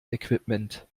equipment